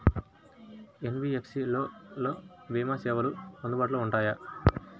NBFC లలో భీమా సేవలు అందుబాటులో ఉంటాయా?